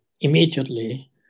immediately